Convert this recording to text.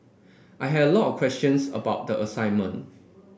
I had a lot of questions about the assignment